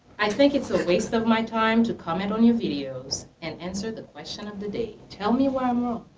i think it's waste of my time to comment on your videos and answer the question of the day. tell me why i'm wrong. well,